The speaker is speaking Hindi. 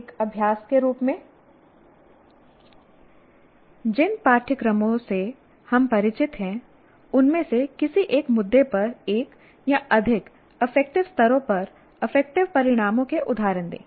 एक अभ्यास के रूप में जिन पाठ्यक्रमों से हम परिचित हैं उनमें से किसी एक मुद्दे पर एक या अधिक अफेक्टिव स्तरों पर अफेक्टिव परिणामों के उदाहरण दें